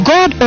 God